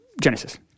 Genesis